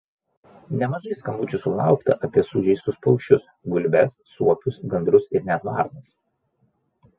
nemažai skambučių sulaukta apie sužeistus paukščius gulbes suopius gandrus ir net varnas